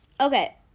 Okay